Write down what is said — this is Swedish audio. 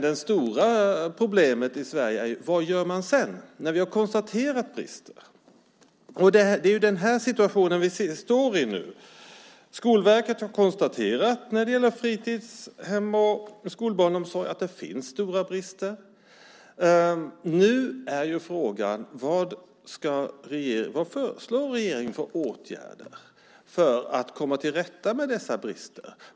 Det stora problemet i Sverige är: Vad gör man sedan när vi har konstaterat att det finns brister? Det är i den här situationen vi befinner oss nu. Skolverket har konstaterat när det gäller fritidshem och skolbarnsomsorg att det finns stora brister. Nu är frågan: Vad föreslår regeringen för åtgärder för att komma till rätta med dessa brister?